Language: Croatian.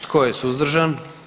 Tko je suzdržan?